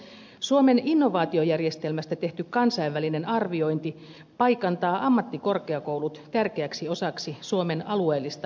suomen innovaatiojärjestelmästä tehty kansainvälinen arviointi paikantaa ammattikorkeakoulut tärkeäksi osaksi suomen alueellista innovaatiojärjestelmää